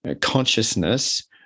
consciousness